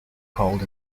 cold